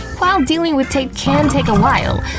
while dealing with tape can take a while,